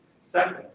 Second